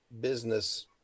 business